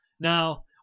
now